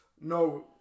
no